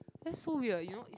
that's so weird you know is